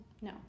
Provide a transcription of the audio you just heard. no